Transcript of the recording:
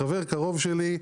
חבר קרוב שלי,